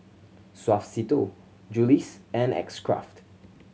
Suavecito Julie's and X Craft